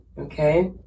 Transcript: okay